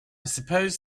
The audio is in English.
suppose